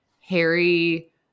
Harry